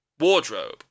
wardrobe